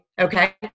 Okay